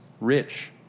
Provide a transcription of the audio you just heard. rich